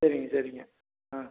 சரிங்க சரிங்க ஆ